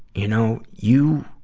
you know, you,